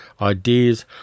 Ideas